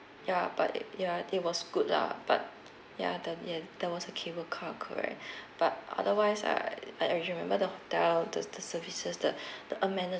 yeah but yeah it was good lah but ya the yes there was a cable car correct but otherwise I I re remember the hotel the the services the the amenities